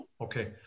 Okay